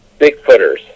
Bigfooters